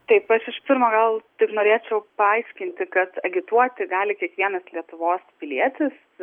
taip aš iš pirmo gal tik norėčiau paaiškinti kad agituoti gali kiekvienas lietuvos pilietis